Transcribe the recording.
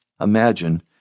Imagine